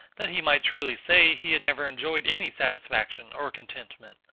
that he might truly say he had never enjoyed any satisfaction or contentment.